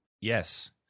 Yes